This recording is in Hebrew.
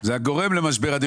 זה הגורם למשבר הדיור.